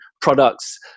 products